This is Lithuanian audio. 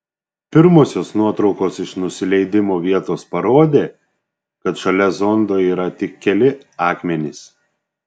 pirmosios nuotraukos iš nusileidimo vietos parodė kad šalia zondo yra tik keli akmenys